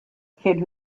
kid